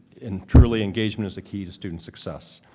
and, truly, engagement is the key to student success.